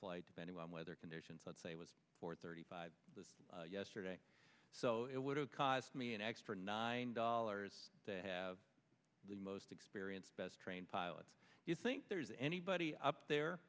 flight depending on weather conditions let's say it was four thirty five yesterday so it would have cost me an extra nine dollars to have the most experienced best trained pilot you think there's anybody up there